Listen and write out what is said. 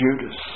Judas